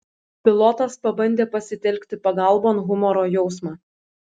pilotas pabandė pasitelkti pagalbon humoro jausmą